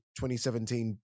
2017